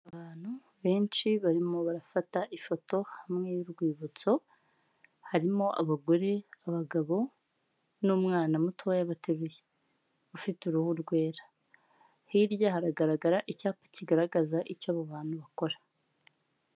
Abantu benshi barimo barafata ifoto hamwe y'urwibutso. harimo abagore, abagabo n'umwana mutoya bateruye ufite uruhu rwera, hirya haragaragara icyapa kigaragaza icyo abo bantu bakora.